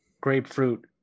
grapefruit